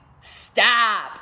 stop